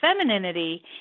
femininity